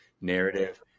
Narrative